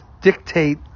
dictate